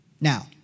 Now